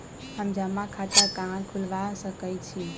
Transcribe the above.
हम जमा खाता कहां खुलवा सकई छी?